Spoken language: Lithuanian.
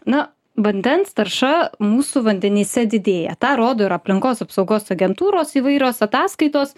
na vandens tarša mūsų vandenyse didėja tą rodo ir aplinkos apsaugos agentūros įvairios ataskaitos